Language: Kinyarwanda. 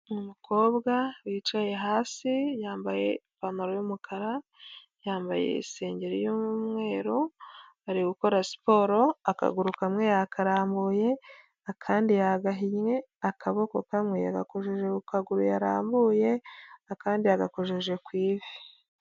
Umukobwa wicaye hasi, yambaye ipantaro y'umukara, yambaye isengeri y'umweru, ari gukora siporo, akaguru kamwe yakarambuye, akandi yagahinnye, akaboko kamwe yagakojeje ku kaguru yarambuye, akandi yagakojeje ku ivi.